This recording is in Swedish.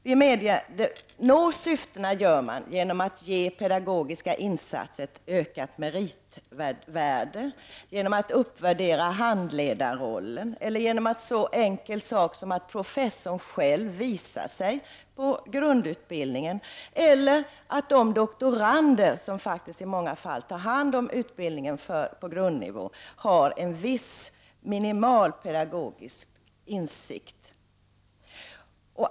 Man når inte dessa syften genom att ge pedagogiska insatser ett ökat meritvärde, genom att uppvärdera handledarrollen, eller genom en så enkel sak som att professorn själv visar sig på grundutbildningen, eller att de doktorander som i många fall tar hand om utbildningen på grundnivå har viss minimal pedagogisk insikt.